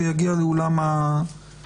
שיגיע לאולם הוועדה.